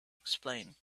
explain